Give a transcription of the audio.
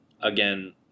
again